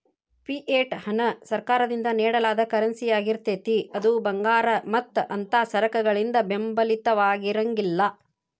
fiat ಹಣ ಸರ್ಕಾರದಿಂದ ನೇಡಲಾದ ಕರೆನ್ಸಿಯಾಗಿರ್ತೇತಿ ಅದು ಭಂಗಾರ ಮತ್ತ ಅಂಥಾ ಸರಕಗಳಿಂದ ಬೆಂಬಲಿತವಾಗಿರಂಗಿಲ್ಲಾ